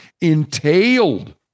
entailed